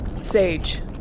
Sage